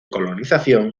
colonización